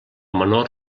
menor